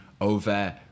over